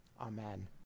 amen